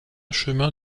chemin